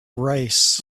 race